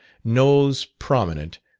nose prominent,